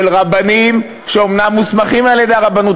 של רבנים שאומנם מוסמכים על-ידי הרבנות